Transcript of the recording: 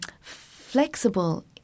flexible